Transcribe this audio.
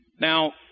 Now